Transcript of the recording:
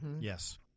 Yes